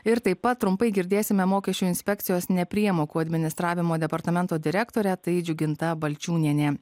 ir taip pat trumpai girdėsime mokesčių inspekcijos nepriemokų administravimo departamento direktorę tai džiuginta balčiūnienė